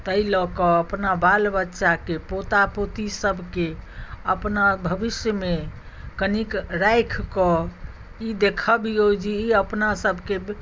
ताहि लऽ कऽ अपना बाल बच्चाके पोता पोती सभके अपना भविष्यमे कनिक राखि कऽ ई देखबियौ जे ई अपनासभके